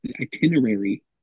itinerary